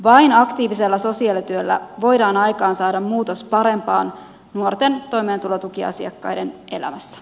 vain aktiivisella sosiaalityöllä voidaan aikaansaada muutos parempaan nuorten toimeentulotukiasiakkaiden elämässä